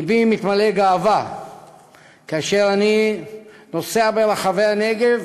לבי מתמלא גאווה כאשר אני נוסע ברחבי הנגב